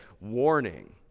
warning